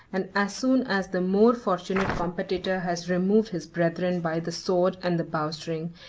and as soon as the more fortunate competitor has removed his brethren by the sword and the bowstring,